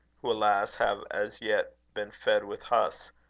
who, alas! have as yet been fed with husks,